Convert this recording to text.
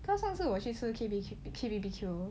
cause 上次我去吃 K B K K B_B_Q